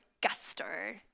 gusto